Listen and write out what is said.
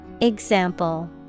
Example